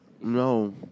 No